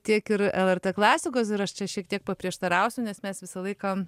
tiek ir lrt klasikos ir aš čia šiek tiek paprieštarausiu nes mes visą laiką